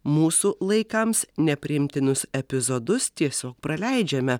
mūsų laikams nepriimtinus epizodus tiesiog praleidžiame